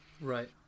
Right